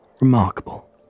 remarkable